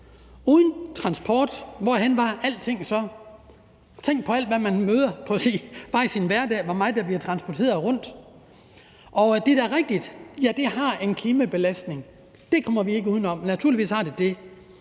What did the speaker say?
uden transportsektoren? Bare tænk på alt det, man møder i sin hverdag – hvor meget der bliver transporteret rundt. Det er da rigtigt, at der er en klimabelastning. Det kommer vi ikke uden om; naturligvis er der det.